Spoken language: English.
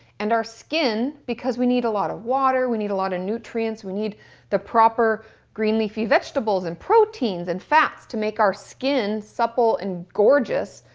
and our skin, because we need a lot of water, we need a lot of nutrients, we need the proper green leafy vegetables and protein and fats to make our skin supple and gorgeous,